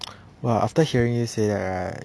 well after hearing you say right